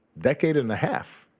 decade and a half